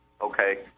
Okay